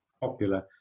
popular